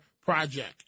project